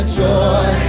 joy